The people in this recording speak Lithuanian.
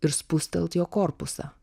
ir spustelt jo korpusą